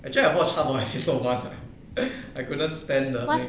actually I watch half of my sister of us ah I couldn't stand the main